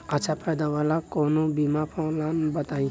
अच्छा फायदा वाला कवनो बीमा पलान बताईं?